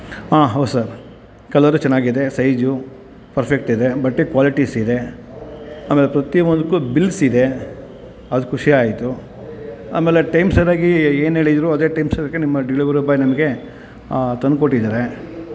ಆಂ ಹೌದು sir colour ಚೆನ್ನಾಗಿದೆ size perfect ಇದೆ ಬಟ್ಟೆ ಕ್ವಾಲಿಟೀಸ್ ಇದೆ ಆಮೇಲೆ ಪ್ರತೀ ಒಂದಕ್ಕೂ ಬಿಲ್ಸ್ ಇದೆ ಅದು ಖುಷಿ ಆಯಿತು ಆಮೇಲೆ ಟೈಮ್ ಸರ್ಯಾಗಿ ಏನು ಹೇಳಿದ್ದರು ಅದೇ ಟೈಮ್ ಸರ್ಯಾಗಿ ನಿಮ್ಮ ಡೆಲಿವರಿ ಬಾಯ್ ನಮಗೆ ತಂದು ಕೊಟ್ಟಿದ್ದಾರೆ